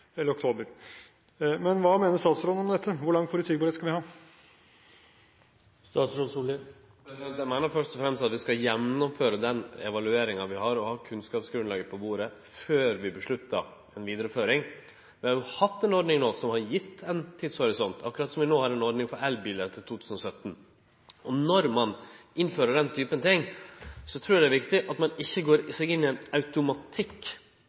eller oktober. Men hva mener statsråden om dette? Hvor lang forutsigbarhet skal vi ha? Eg meiner først og fremst at vi skal gjennomføre den evalueringa vi held på med, og ha kunnskapsgrunnlaget på bordet før vi tek ei avgjerd om vidareføring. Vi har jo hatt ei ordning nå som har gitt ein tidshorisont, akkurat som vi nå har ei ordning for elbilar til 2017. Når ein innfører slike ordningar, trur eg det er viktig at det ikkje vert ein automatikk